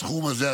הסכום הזה,